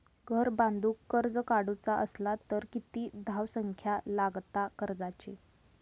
घर बांधूक कर्ज काढूचा असला तर किती धावसंख्या लागता कर्जाची?